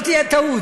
שלא תהיה טעות,